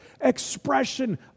expression